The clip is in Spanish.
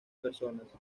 personas